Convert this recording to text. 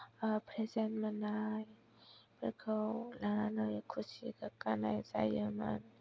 present मोननाय बेफोरखौ लानानै खुसि गोग्गानाय जायोमोन